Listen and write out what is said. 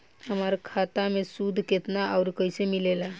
हमार खाता मे सूद केतना आउर कैसे मिलेला?